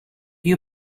you